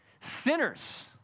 Sinners